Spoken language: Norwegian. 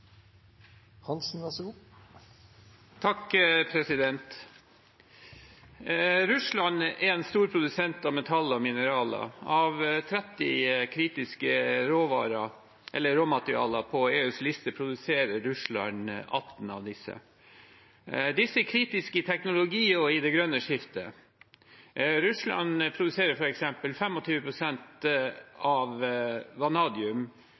en storprodusent av metaller og mineraler. Av de tretti kritiske råmaterialene på EUs liste produserer Russland atten. Disse er kritiske i teknologi og i det grønne skiftet. Russland produserer for eksempel 25 prosent av verdens vanadium.